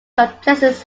complexes